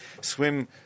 swim